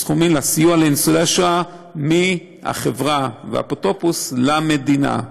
לסיוע לניצולי השואה מהחברה והאפוטרופוס למדינה.